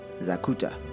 Zakuta